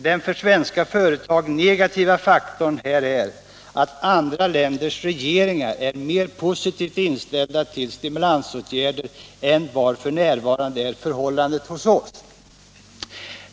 Den för svenska företag negativa faktorn här är att andra länders regeringar är mer positivt inställda till stimulansåtgärder än vad som f.n. är förhållandet hos oss.